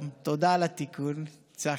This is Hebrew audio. "הממשלה על סף תהום", תודה על התיקון, צחי.